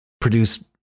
produce